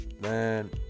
man